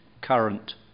current